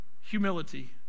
humility